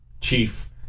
chief